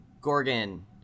Gorgon